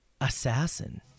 Assassin